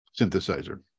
synthesizer